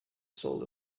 salt